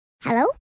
Hello